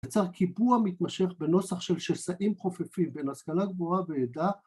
יצר קיבוע מתמשך בנוסח של שסעים חופפים בין השכלה גבוהה ועדה